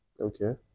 Okay